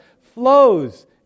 flows